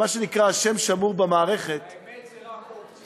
מה שנקרא, השם שמור במערכת, האמת, זו רק אופציה.